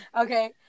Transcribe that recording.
okay